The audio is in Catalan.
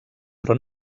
però